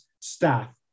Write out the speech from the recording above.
Staff